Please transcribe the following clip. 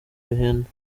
bihenda